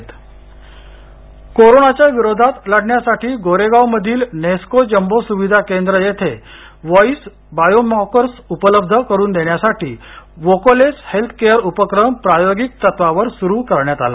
आदित्य ठाकरे कोरोनाच्या विरोधात लढण्यासाठी गोरेगावमधील नेस्को जंबो सुविधा केंद्र येथे व्हॉईस बायोमार्कर्स उपलब्ध करून देण्यासाठी व्होकलिस हेल्थकेअर उपक्रम प्रायोगिक तत्वावर सुरू करण्यात आला